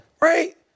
right